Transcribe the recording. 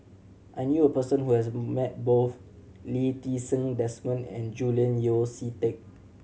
I knew a person who has met both Lee Ti Seng Desmond and Julian Yeo See Teck